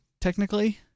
technically